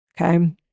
Okay